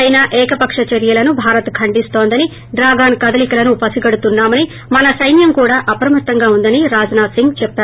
China ఏకపక్ష చర్వలను భారత్ ఖండిన్తోందని డ్రాగన్ కదలికలను పసిగడుతున్నా మని మన సైన్యం కూడా అప్రమత్తంగా ఉందని రాజ్నాథ్ సింగ్ చెప్పారు